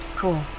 Cool